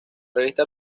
revista